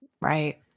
Right